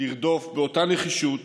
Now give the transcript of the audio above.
לרדוף באותה הנחישות